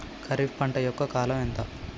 ఖరీఫ్ పంట యొక్క కాలం ఎంత?